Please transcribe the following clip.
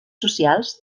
socials